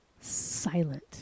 silent